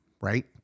right